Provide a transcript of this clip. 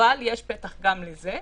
אבל יש פתח גם לזה.